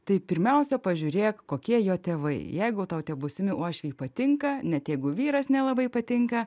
tai pirmiausia pažiūrėk kokie jo tėvai jeigu tau tie būsimi uošviai patinka net jeigu vyras nelabai patinka